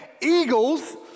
eagles